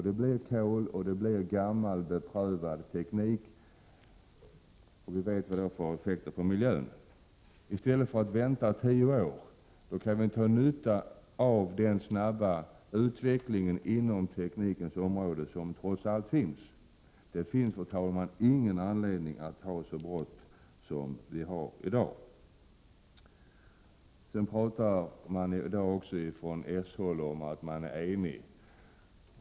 Det blir då kol och gammal beprövad teknik, och vi vet vad detta får för effekt på miljön. Om man i stället väntar tio år kan man dra nytta av den snabba utvecklingen inom teknikens område som trots allt sker. Det finns, fru talman, inte någon anledning att ha så bråttom. Socialdemokraterna säger i dag att de är eniga.